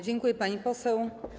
Dziękuję, pani poseł.